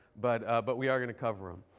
but but we are going to cover them.